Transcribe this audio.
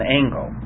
angle